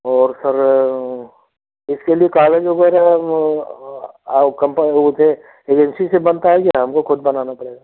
और सर इसके लिए काग़ज़ वग़ैरह और कंपनी ओके एजेंसी से बनता है कि हमको ख़ुद बनाना पड़ेगा